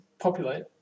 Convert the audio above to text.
populate